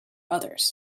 others